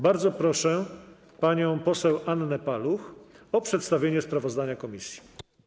Bardzo proszę panią poseł Annę Paluch o przedstawienie sprawozdania komisji.